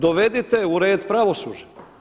Dovedite u red pravosuđe.